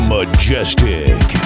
Majestic